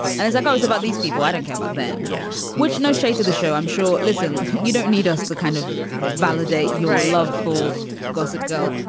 and it's like i was about these people. i don't care about them. yeah. which no shade to the show, i'm sure. listen, you don't need us to kind of validate your love for gossip girl.